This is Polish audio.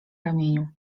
ramieniu